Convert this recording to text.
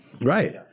Right